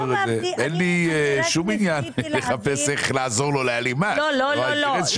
אין לי שום עניין לחפש איך לעזור לו להעלים מס; זה לא האינטרס שלי.